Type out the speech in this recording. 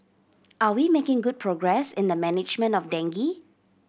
are we making good progress in the management of dengue